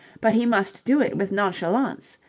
but he must do it with nonchalance.